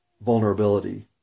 vulnerability